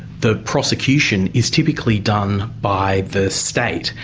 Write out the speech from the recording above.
the prosecution is typically done by the state,